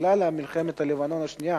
בגלל מלחמת לבנון השנייה